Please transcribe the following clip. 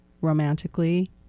romantically